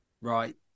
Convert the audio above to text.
right